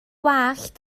wallt